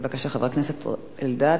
בבקשה, חבר הכנסת אלדד.